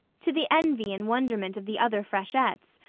to the envy and wonderment of the other freshettes,